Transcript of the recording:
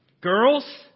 Girls